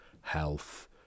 health